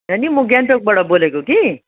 नानी म गान्तोकबाट बोलेको कि